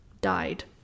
died